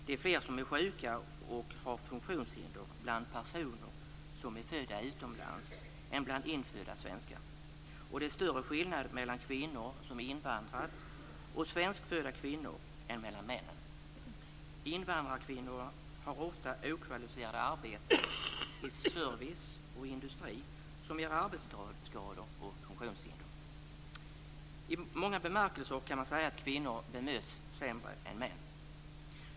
Det är flera som är sjuka och har funktionshinder bland personer som är födda utomlands än bland infödda svenskar, och det är större skillnad mellan kvinnor som invandrat och svenskfödda kvinnor än mellan männen. Invandrarkvinnor har ofta okvalificerade arbeten i service och industri som ger arbetsskador och funktionshinder. I många bemärkelser kan man säga att kvinnor bemöts sämre än män.